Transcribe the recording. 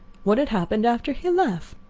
what had happened after he left?